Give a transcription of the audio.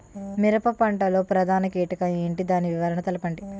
మిరప పంట లో ప్రధాన కీటకం ఏంటి? దాని నివారణ తెలపండి?